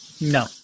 No